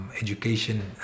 education